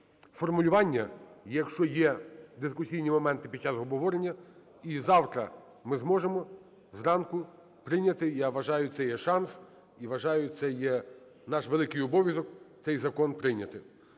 формулювання, якщо є дискусійні моменти під час обговорення. І завтра ми зможемо зранку прийняти, я вважаю, це є шанс, і, вважаю, це є наш великий обов'язок - цей закон прийняти.